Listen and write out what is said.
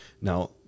Now